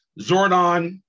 Zordon